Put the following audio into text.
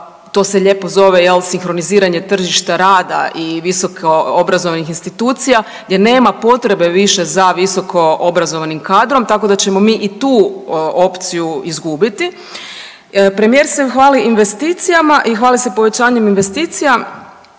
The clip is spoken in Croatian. to se lijepo zove jel sinhroniziranje tržišta rada i visoko obrazovnih institucija gdje nema potrebe više za visokoobrazovanim kadrom tako da ćemo mi i tu opciju izgubiti. Premijer se hvali investicijama i hvali se povećanjem investicija,